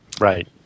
Right